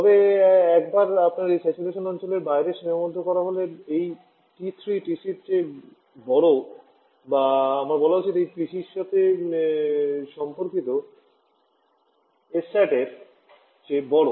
তবে একবার আপনার এই স্যাচুরেশন অঞ্চলের বাইরে সীমাবদ্ধ করা হলে এই টি 3TC র চেয়ে বড় বা আমার বলা উচিত এটি পিসির সাথে সম্পর্কিত সসাতের চেয়ে বড়